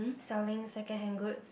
selling second hand goods